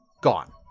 gone